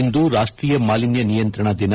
ಇಂದು ರಾಷ್ಷೀಯ ಮಾಲಿನ್ನ ನಿಯಂತ್ರಣ ದಿನ